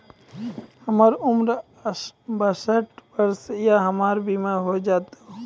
हमर उम्र बासठ वर्ष या हमर बीमा हो जाता यो?